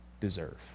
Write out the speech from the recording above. deserve